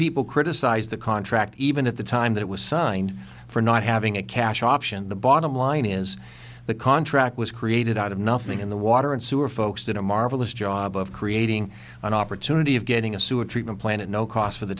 people criticized the contract even at the time that it was signed for not having a cash option the bottom line is the contract was created out of nothing in the water and sewer folks did a marvelous job of creating an opportunity of getting a sewage treatment plant at no cost for the